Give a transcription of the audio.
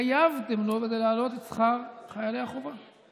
שהתחייבתם לו, להעלות את שכר חיילי החובה?